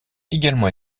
également